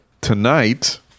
tonight